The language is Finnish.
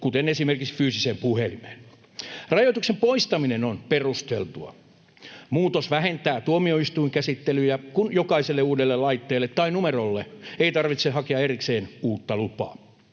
kuten esimerkiksi fyysiseen puhelimeen. Rajoituksen poistaminen on perusteltua. Muutos vähentää tuomioistuinkäsittelyjä, kun jokaiselle uudelle laitteelle tai numerolle ei tarvitse hakea erikseen uutta lupaa.